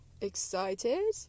excited